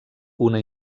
una